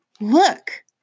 Look